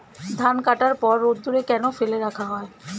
ধান কাটার পর রোদ্দুরে কেন ফেলে রাখা হয়?